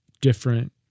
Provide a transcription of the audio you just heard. different